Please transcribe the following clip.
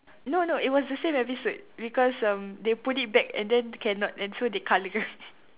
no no it was the same episode because um they put it back and then cannot and so they colour